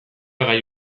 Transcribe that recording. gai